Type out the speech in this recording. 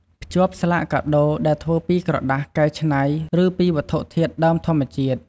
ភ្ជាប់ ស្លាកកាដូរដែលធ្វើពីក្រដាសកែច្នៃ ឬពីវត្ថុធាតុដើមធម្មជាតិ។